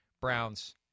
Browns